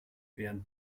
während